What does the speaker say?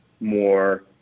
more